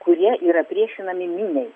kurie yra priešinami miniai